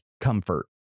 Comfort